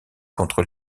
contre